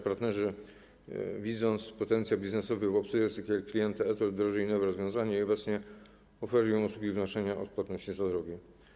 Partnerzy, widząc potencjał biznesowy w obsłudze takiego klienta e-TOLL, wdrożyli nowe rozwiązanie i obecnie oferują usługi wnoszenia odpłatności za drogi.